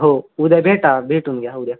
हो उद्या भेटा भेटून घ्या उद्या